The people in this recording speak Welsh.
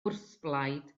wrthblaid